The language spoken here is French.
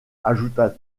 ajouta